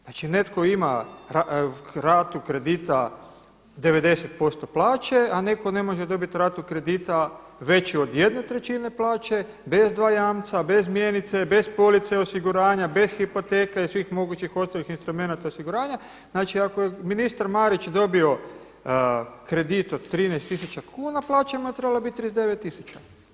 Znači netko ima ratu kredita 90% plaće, a neko ne može dobiti ratu kredita veću od 1/3 plaće bez dva jamca, bez mjenice, bez police osiguranja, bez hipoteke i svih mogućih ostalih instrumenata osiguranja, znači ako je ministar Marić dobio kredit od 13 tisuća kuna, plaća mu je trebala biti 39 tisuća.